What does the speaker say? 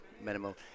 minimal